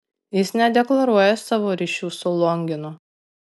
jis nedeklaruoja savo ryšių su longinu